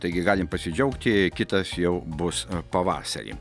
taigi galim pasidžiaugti kitas jau bus pavasarį